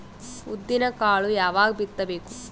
ಉದ್ದಿನಕಾಳು ಯಾವಾಗ ಬಿತ್ತು ಬೇಕು?